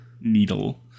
needle